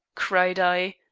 cried i,